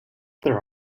there